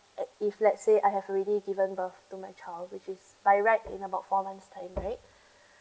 at if let's say I have already given birth to my child which is by right in about four months time right